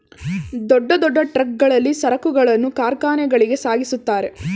ದೊಡ್ಡ ದೊಡ್ಡ ಟ್ರಕ್ ಗಳಲ್ಲಿ ಸರಕುಗಳನ್ನು ಕಾರ್ಖಾನೆಗಳಿಗೆ ಸಾಗಿಸುತ್ತಾರೆ